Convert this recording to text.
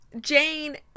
jane